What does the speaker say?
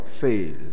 fail